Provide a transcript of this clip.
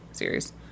series